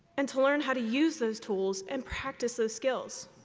and to learn how to use those tools and practice those skills.